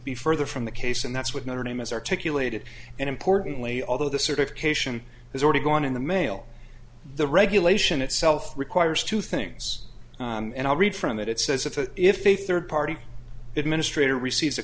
be further from the case and that's what made her name as articulated and importantly although the certification has already gone in the mail the regulation itself requires two things and i'll read from it it says if it if a third party administrator receives a